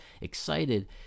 excited